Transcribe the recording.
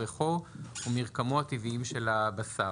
ריחו ומרקמו הטבעיים של הבשר".